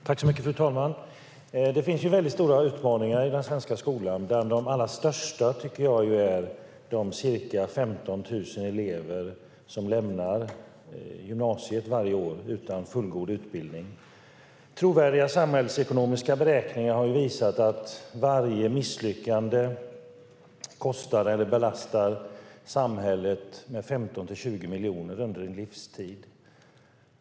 Fru talman! Det finns väldigt stora utmaningar i den svenska skolan. En av de allra största tycker jag är de ca 15 000 elever som lämnar gymnasiet varje år utan fullgod utbildning. Trovärdiga samhällsekonomiska beräkningar har visat att varje misslyckande belastar samhället med 15-20 miljoner under en livstid.